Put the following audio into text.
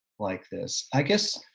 like this. i guess